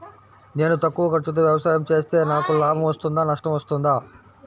నేను తక్కువ ఖర్చుతో వ్యవసాయం చేస్తే నాకు లాభం వస్తుందా నష్టం వస్తుందా?